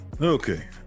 Okay